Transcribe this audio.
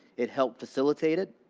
it helped facilitate it.